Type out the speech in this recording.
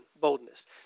boldness